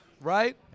right